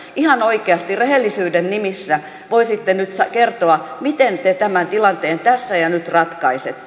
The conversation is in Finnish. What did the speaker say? ihan oikeasti rehellisyyden nimissä voisitte nyt kertoa miten te tämän tilanteen tässä ja nyt ratkaisette